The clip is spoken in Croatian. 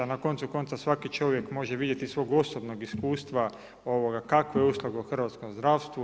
Na koncu konca svaki čovjek može vidjeti iz svog osobnog iskustva, ovoga, kakva je usluga u hrvatskom zdravstvu?